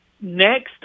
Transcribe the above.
next